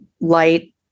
Light